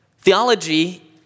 Theology